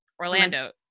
Orlando